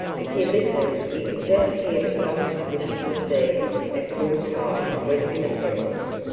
if you listened you could just hear the soft swish of the sea at full tide sweeping the pebbles.